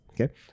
okay